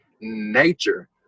nature